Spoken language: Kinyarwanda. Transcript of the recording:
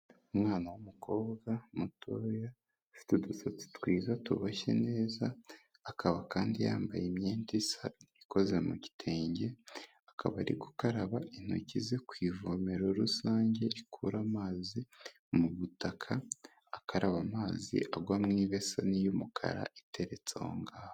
Umwana w'umukobwa mutoya ufite udusatsi twiza tuboshye neza akaba kandi yambaye imyenda isa ikoze mu gitenge, akaba ari gukaraba intoki ze ku ivomero rusange rikura amazi mu butaka, akaraba amazi agwa mu ibeseni iteretse aho ngaho.